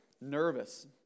nervous